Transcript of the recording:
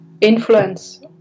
influence